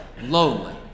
lonely